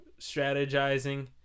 strategizing